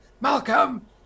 Malcolm